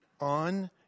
On